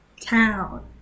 town